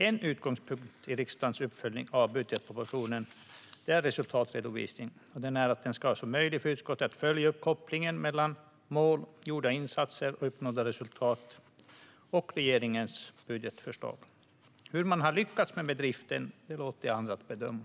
En utgångspunkt för riksdagens uppföljning av budgetpropositionens resultatredovisning är att det ska vara möjligt för utskottet att följa kopplingen mellan mål, gjorda insatser, uppnådda resultat och regeringens budgetförslag. Hur man har lyckats med bedriften låter jag andra bedöma.